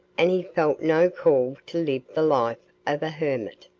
and he felt no call to live the life of a hermit.